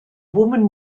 woman